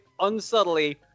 unsubtly